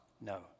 No